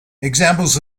examples